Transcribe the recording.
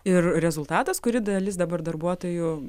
ir rezultatas kuri dalis dabar darbuotojų